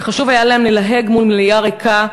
שחשוב היה להם ללהג מול מליאה ריקה,